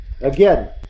again